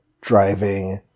driving